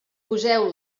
poseu